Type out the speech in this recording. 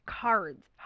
Cards